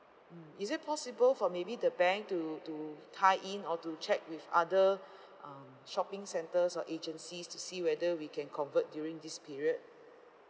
mm is it possible for maybe the bank to to tie in or to check with other um shopping centers or agencies to see whether we can convert during this period